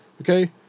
okay